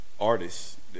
Artists